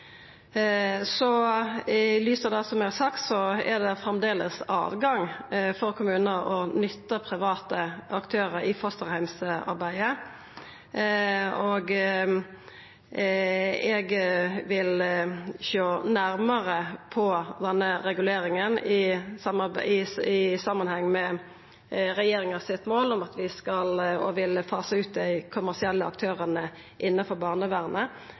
i fosterheimsarbeidet, og eg vil sjå nærare på denne reguleringa i samanheng med regjeringa sitt mål om at vi vil fasa ut dei kommersielle aktørane innanfor barnevernet. Men slik det er no, står lova slik ho står, og som Stortinget vedtok i